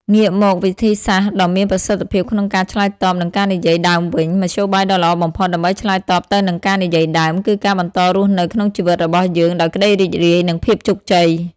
ងាកមកវិធីសាស្រ្តដ៏មានប្រសិទ្ធភាពក្នុងការឆ្លើយតបនឹងការនិយាយដើមវិញ មធ្យោបាយដ៏ល្អបំផុតដើម្បីឆ្លើយតបទៅនឹងការនិយាយដើម គឺការបន្តរស់នៅក្នុងជីវិតរបស់យើងដោយក្ដីរីករាយ និងភាពជោគជ័យ។